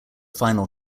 final